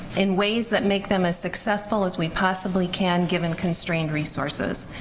in ways that make them as successful as we possibly can given constrained resources.